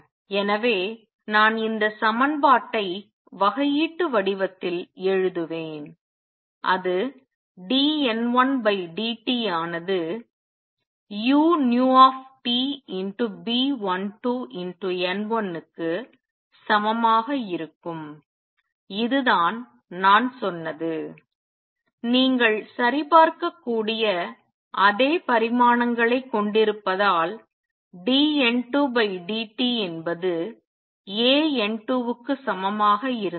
எனவே நான் இந்த சமன்பாட்டை வகையீட்டு வடிவத்தில் எழுதுவேன் அது dN1dt ஆனது uTB12N1க்கு சமமாக இருக்கும் இதுதான் நான் சொன்னது நீங்கள் சரிபார்க்கக்கூடிய அதே பரிமாணங்களைக் கொண்டிருப்பதால் dN2dt என்பது AN2க்கு சமமாக இருந்தது